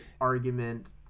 argument